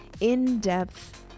in-depth